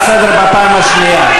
אני קורא אותך לסדר פעם שנייה.